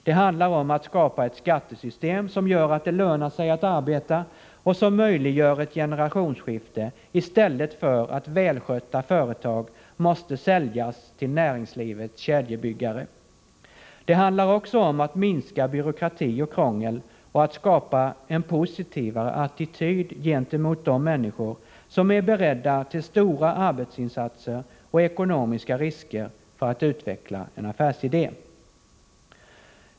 Det handlar om att skapa ett skattesystem som gör att det lönar sig att arbeta och som möjliggör ett generationsskifte, i stället för att välskötta företag måste säljas till näringslivets kedjebyggare. Det handlar också om att minska byråkrati och krångel och att skapa en positivare attityd gentemot de människor som är beredda till stora arbetsinsatser och ekonomiska risker för att utveckla en affärsidé.